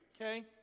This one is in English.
okay